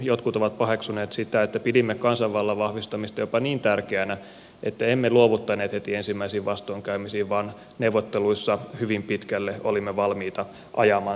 jotkut ovat paheksuneet erityisesti sitä että pidimme kansanvallan vahvistamista jopa niin tärkeänä että emme luovuttaneet heti ensimmäisiin vastoinkäymisiin vaan neuvotteluissa hyvin pitkälle olimme valmiita ajamaan tätä tavoitetta